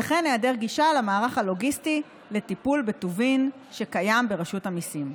וכן היעדר גישה למערך הלוגיסטי לטיפול בטובין שקיים ברשות המיסים.